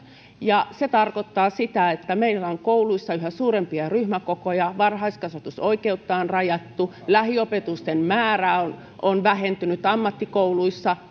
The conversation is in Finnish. ja se tarkoittaa sitä että meillä on koulussa yhä suurempia ryhmäkokoja varhaiskasvatusoikeutta on rajattu lähiopetuksen määrä on vähentynyt ammattikouluissa